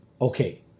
Okay